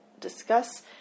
discuss